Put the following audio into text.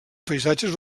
paisatges